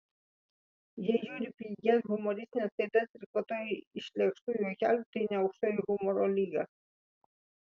jei žiūri pigias humoristines laidas ir kvatoji iš lėkštų juokelių tai ne aukštoji humoro lyga